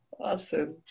Awesome